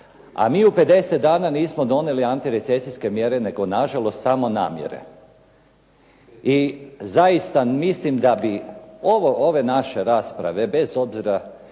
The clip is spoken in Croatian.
a mi u 50 dana nismo donijeli antirecesijske mjere, nego na žalost samo namjere. I zaista mislim da bi ove naše rasprave s čije